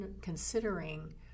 considering